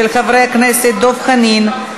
של חברי הכנסת דב חנין,